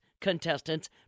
contestants